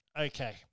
Okay